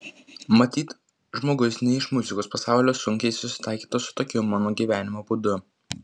matyt žmogus ne iš muzikos pasaulio sunkiai susitaikytų su tokiu mano gyvenimo būdu